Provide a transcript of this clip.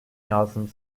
yazdım